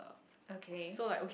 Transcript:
okay